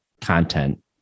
content